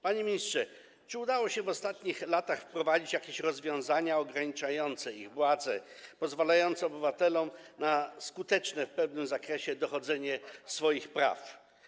Panie ministrze, czy udało się w ostatnich latach wprowadzić jakieś rozwiązania ograniczające ich władzę, pozwalające obywatelom na skuteczne w pewnym zakresie dochodzenie swoich praw?